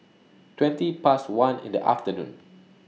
twenty Past one in The afternoon